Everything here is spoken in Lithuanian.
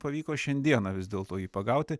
pavyko šiandieną vis dėlto jį pagauti